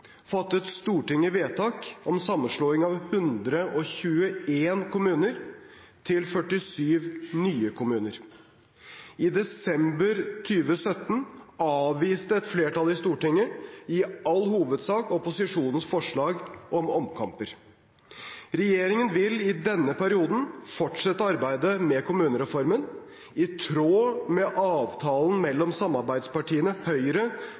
fattet Stortinget vedtak om sammenslåing av 121 kommuner til 47 nye kommuner. I desember 2017 avviste et flertall i Stortinget i all hovedsak opposisjonens forslag om omkamper. Regjeringen vil i denne perioden fortsette arbeidet med kommunereformen, i tråd med avtalen mellom samarbeidspartiene Høyre,